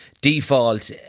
default